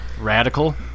Radical